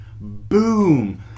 boom